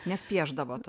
nes piešdavot